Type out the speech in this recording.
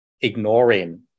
ignoring